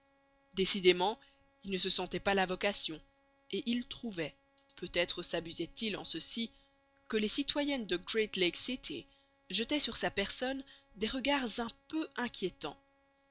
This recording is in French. décidément il ne se sentait pas la vocation et il trouvait peut-être sabusait il en ceci que les citoyennes de great lake city jetaient sur sa personne des regards un peu inquiétants